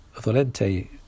Volente